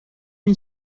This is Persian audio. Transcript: این